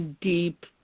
deep